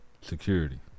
security